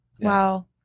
Wow